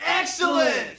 Excellent